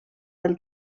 del